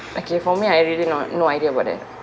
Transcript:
okay for me I really no no idea about it